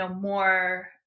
more